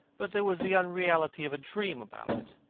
but there was the unreality of a dream about it.